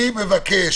אני יודעת מי התנגד.